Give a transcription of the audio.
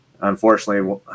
unfortunately